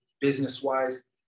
business-wise